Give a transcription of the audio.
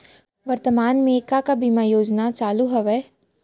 वर्तमान में का का बीमा योजना चालू हवये